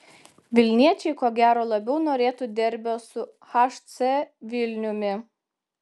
vilniečiai ko gero labiau norėtų derbio su hc vilniumi